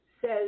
says